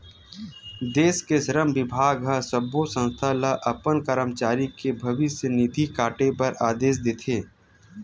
देस के श्रम बिभाग ह सब्बो संस्था ल अपन करमचारी के भविस्य निधि काटे बर आदेस देथे